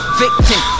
victim